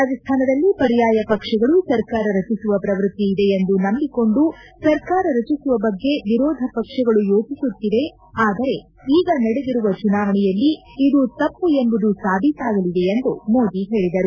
ರಾಜಸ್ತಾನದಲ್ಲಿ ಪರ್ಯಾಯ ಪಕ್ಷಗಳು ಸರ್ಕಾರ ರಚಿಸುವ ಪ್ರವೃತ್ತಿ ಇದೆ ಎಂದು ನಂಬಿಕೊಂಡು ಸರ್ಕಾರ ರಚಿಸುವ ಬಗ್ಗೆ ವಿರೋಧಪಕ್ಷಗಳು ಯೋಚಿಸುತ್ತಿವೆ ಆದರೆ ಈಗ ನಡೆದಿರುವ ಚುನಾವಣೆಯಲ್ಲಿ ಇದು ತಪ್ಪು ಎಂಬುದು ಸಾಬೀತಾಗಲಿದೆ ಎಂದು ಮೋದಿ ಹೇಳಿದರು